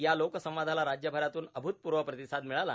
या लोकसंवादाला राज्यभरातून अभूतपूर्व प्रतिसाद मिळाला